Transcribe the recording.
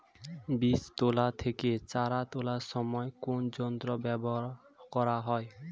বীজ তোলা থেকে চারা তোলার সময় কোন যন্ত্র ব্যবহার করা হয়?